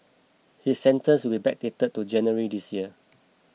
his sentence will be backdated to January this year